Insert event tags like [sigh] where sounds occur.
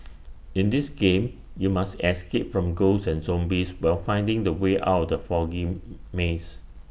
[noise] in this game you must escape from ghosts and zombies while finding the way out the foggy maze